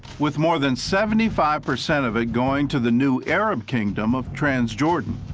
with more than seventy five percent of it going to the new arab kingdom of transjordan.